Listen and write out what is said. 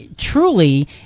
Truly